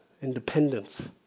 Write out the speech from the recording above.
independence